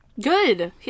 Good